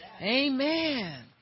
Amen